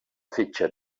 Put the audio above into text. fetge